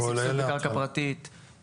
סבסוד קרקע פרטית,